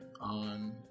on